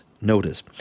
notice